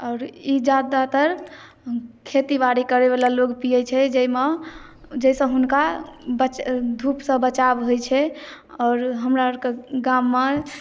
आओर ई जादातर खेती बाड़ी करै वला लोक पियै छै जाहिमे जाहिसँ हुनका धुप सँ बचाव होइ छै आओर हमरा आओर के गाम मे